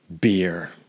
beer